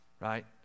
right